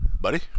buddy